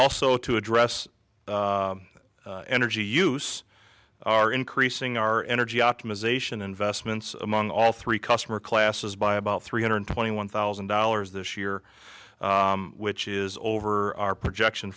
also to address energy use are increasing our energy optimization investments among all three customer classes by about three hundred twenty one thousand dollars this year which is over our projection